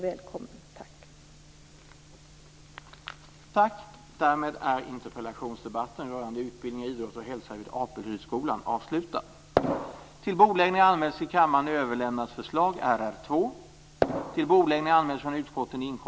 Välkommen dit!